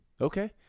Okay